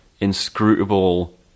inscrutable